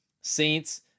saints